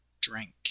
drink